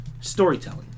Storytelling